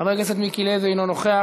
חבר הכנסת מיקי לוי, אינו נוכח.